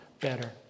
better